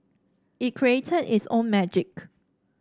it created its own magic